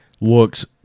looks